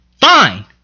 Fine